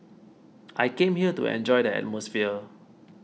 I came here to enjoy the atmosphere